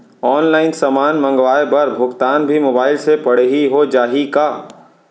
Online समान मंगवाय बर भुगतान भी मोबाइल से पड़ही हो जाही का?